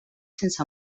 sense